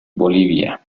bolivia